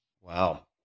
Wow